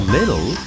Little